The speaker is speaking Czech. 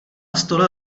stole